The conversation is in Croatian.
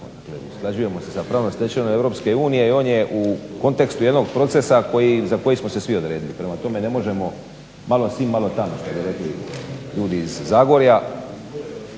usklađujemo sa pravnom stečevinom EU i on je u kontekstu jednog procesa za koji smo se svi odredili. Prema tome ne možemo malo sim, malo tam što bi rekli ljudi iz Zagorja.